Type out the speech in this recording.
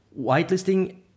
Whitelisting